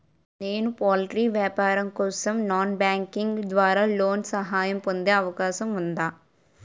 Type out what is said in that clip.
నేను పౌల్ట్రీ వ్యాపారం కోసం నాన్ బ్యాంకింగ్ ద్వారా లోన్ సహాయం పొందే అవకాశం ఉందా?